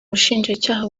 bushinjacyaha